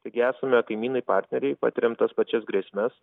taigi esame kaimynai partneriai patiriame tas pačias grėsmes